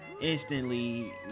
instantly